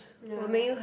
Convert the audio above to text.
ya